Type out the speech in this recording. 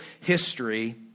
history